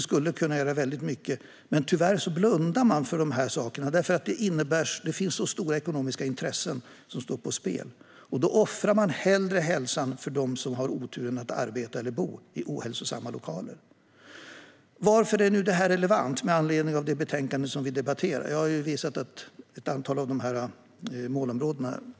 skulle kunna göra väldigt mycket. Men tyvärr blundar man för dessa saker, eftersom det finns så stora ekonomiska intressen som står på spel. Då offrar man hellre hälsan för dem som har oturen att arbeta eller bo i ohälsosamma lokaler. Varför är detta relevant med anledning av det betänkande som vi debatterar? Jag har visat att detta hör hemma i ett antal av dessa målområden.